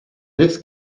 this